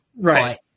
Right